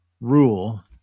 rule